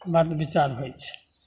बात विचार होइ छै